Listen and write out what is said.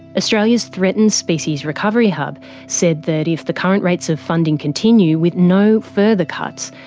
australia's threatened species recovery hub said that if the current rates of funding continue, with no further cuts,